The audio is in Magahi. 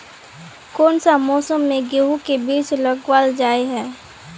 कोन सा मौसम में गेंहू के बीज लगावल जाय है